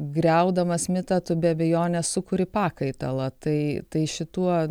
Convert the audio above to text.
griaudamas mitą tu be abejonės sukuri pakaitalą tai tai šituo